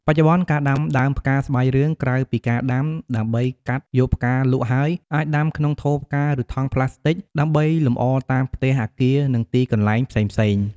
បច្ចុប្បន្នការដាំដើមផ្កាស្បៃរឿង ក្រៅពីការដាំដើម្បីកាត់យកផ្កាលក់ហើយ អាចដាំក្នុងថូផ្កា ឬថង់ប្លាស្ទិកដើម្បីលំអតាមផ្ទះ អាគារ និងទីកន្លែងផ្សេងៗ។